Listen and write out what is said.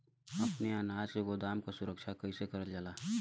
अपने अनाज के गोदाम क सुरक्षा कइसे करल जा?